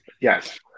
Yes